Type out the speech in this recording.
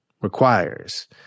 requires